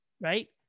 right